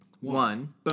One